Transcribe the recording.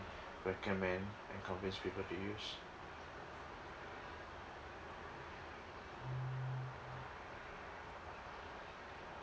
recommend and convince people to use